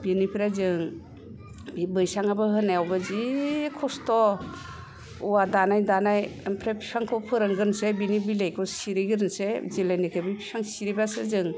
बिनिफ्राय जों बे बैसांबो होनायावबो जि खस्थ' औवा दानै दानै ओमफ्राय फिफांखौ फोरानगोरसै बिनि बिलाइखौ सिरिगोरसै जेलानिफ्राय बे फिफां सिरिबासो जों